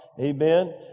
Amen